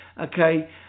okay